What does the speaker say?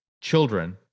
children